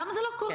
למה זה לא קורה?